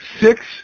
six